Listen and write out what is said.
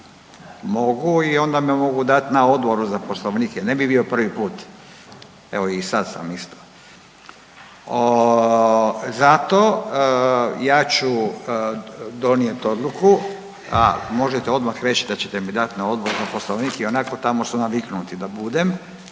mogu i onda me mogu dat na Odboru za poslovnik jer ne bi bio prvi put, evo i sad sam isto. Zato ja ću donijet odluku, a možete odmah reć da ćete me dat na Odbor na poslovnik ionako tamo su naviknuti da budem,